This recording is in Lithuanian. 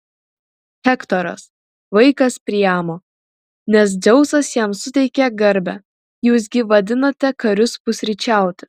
hektoras vaikas priamo nes dzeusas jam suteikė garbę jūs gi vadinate karius pusryčiauti